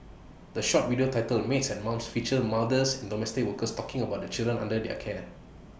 the short video titled maids and mums features mothers and domestic workers talking about the children under their care